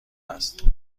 است